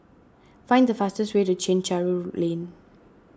find the fastest way to Chencharu Lane